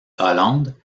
hollande